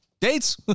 Dates